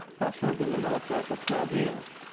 i served in the military for twelve years.